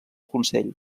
consell